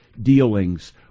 dealings